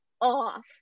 off